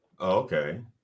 Okay